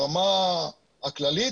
ברמה הכללית,